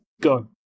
Go